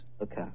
Okay